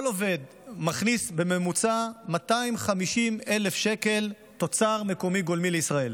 כל עובד מכניס בממוצע 250,000 שקל תוצר מקומי גולמי לישראל.